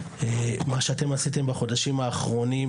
מה שאתן עשיתן בחודשים האחרונים,